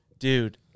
Dude